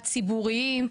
הציבוריים,